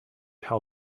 how